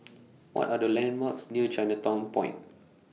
What Are The landmarks near Chinatown Point